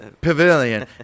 Pavilion